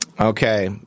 Okay